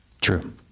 True